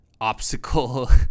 obstacle